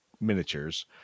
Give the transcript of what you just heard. miniatures